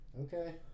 okay